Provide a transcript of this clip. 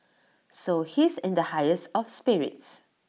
so he's in the highest of spirits